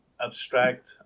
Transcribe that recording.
abstract